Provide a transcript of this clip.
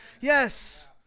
Yes